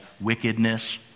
wickedness